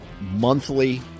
monthly